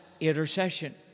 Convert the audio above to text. intercession